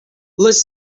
les